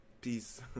peace